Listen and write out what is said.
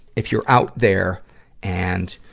if you're out there and